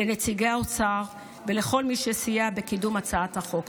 לנציגי האוצר ולכל מי שסייע בקידום הצעת החוק.